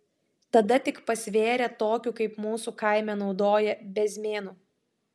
tada tik pasvėrė tokiu kaip mūsų kaime naudoja bezmėnu